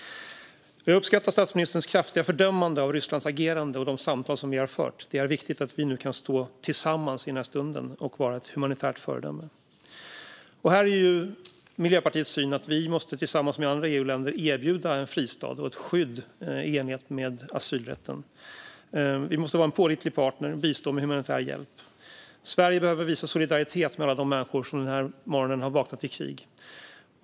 Jag uppskattar statsministerns kraftiga fördömande av Rysslands agerande och de samtal som ni har fört. Det är viktigt att vi kan stå tillsammans i den här stunden och vara ett humanitärt föredöme. Miljöpartiets syn är att Sverige tillsammans med andra EU-länder måste erbjuda en fristad och skydd i enlighet med asylrätten. Sverige måste vara en pålitlig partner och bistå med humanitär hjälp. Sverige behöver visa solidaritet med alla de människor som den här morgonen har vaknat till krig.